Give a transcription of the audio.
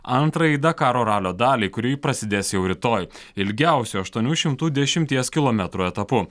antrajai dakaro ralio daliai kuri prasidės jau rytoj ilgiausiu aštuonių šimtų dešimties kilometrų etapu